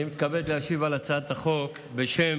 אני מתכבד להשיב על הצעת החוק בשם,